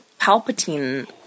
Palpatine